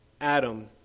Adam